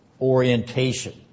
orientation